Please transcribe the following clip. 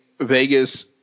Vegas